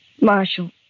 Marshal